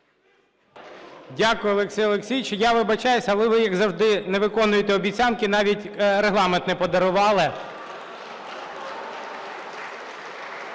Дякую Олексію Олексійовичу. Я вибачаюсь, але ви, як завжди, не виконуєте обіцянки, навіть Регламент не подарували.